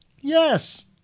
Yes